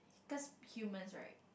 because humans right